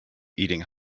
eating